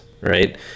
right